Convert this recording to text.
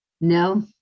no